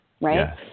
Right